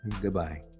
Goodbye